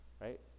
right